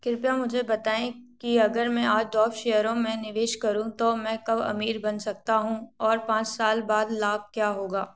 कृपया मुझे बताएँ कि अगर मैं आज डॉव शेयरों में निवेश करूँ तो मैं कब अमीर बन सकता हूँ और पाँच साल बाद लाभ क्या होगा